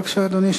בבקשה, אדוני.